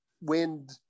wind